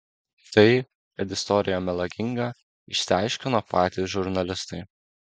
tai kad istorija melaginga išsiaiškino patys žurnalistai